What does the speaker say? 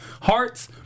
hearts